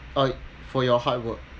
uh for your hard work